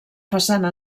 façana